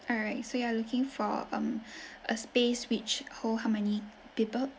alright so you are looking for um a space which hold how many people